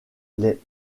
les